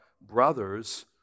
brothers